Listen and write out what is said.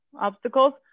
obstacles